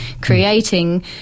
creating